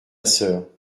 sœur